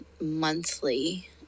monthly